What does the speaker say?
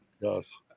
Yes